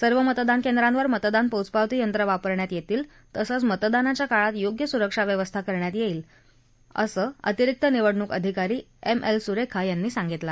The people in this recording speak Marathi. सर्व मतदान केंद्रावर मतदान पोचपावती यंत्र वापरण्यात येतील तसच मतदानाच्या काळात योग्य सुरक्षा व्यवस्था करण्यात येणार असल्याचं अतिरिक्त निवडणूक अधिकारी एम एल सुरेखा यांनी सांगितलं